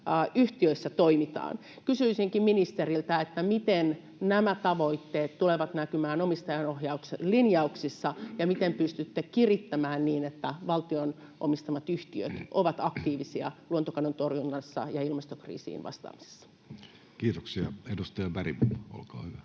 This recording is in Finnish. yhtiöissä toimitaan. Kysyisinkin ministeriltä: miten nämä tavoitteet tulevat näkymään omistajaohjauksen linjauksissa, ja miten pystytte kirittämään niin, että valtion omistamat yhtiöt ovat aktiivisia luontokadon torjunnassa ja ilmastokriisiin vastaamisessa? [Speech 342] Speaker: Jussi Halla-aho